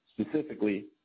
Specifically